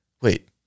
Wait